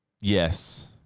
Yes